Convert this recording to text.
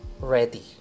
ready